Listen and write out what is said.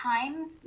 times